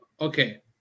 Okay